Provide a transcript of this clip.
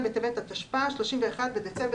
ואת מורחת אותי בסיפורים שאני לא אקנה,